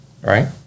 right